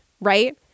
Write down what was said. right